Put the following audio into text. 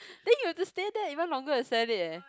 then you have to stay there even longer to sell it eh